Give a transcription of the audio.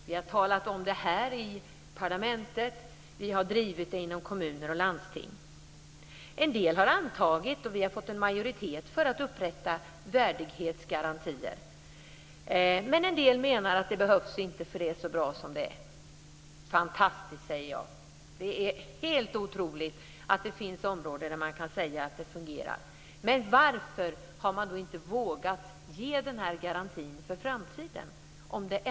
Vi har talat om det här i parlamentet, vi har drivit det inom kommuner och landsting. I en del kommuner och landsting har vi fått en majoritet för att upprätta värdighetsgarantier och sådana har antagits. I andra menar man att det inte behövs - det är så bra som det är. Fantastiskt, säger jag. Det är helt otroligt att det finns områden där man kan säga att det fungerar. Men om det ändå fungerar, varför har man då inte vågat ge den här garantin för framtiden?